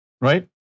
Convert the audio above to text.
Right